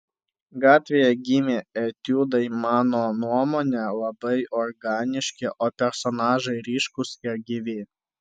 gatvėje gimę etiudai mano nuomone labai organiški o personažai ryškūs ir gyvi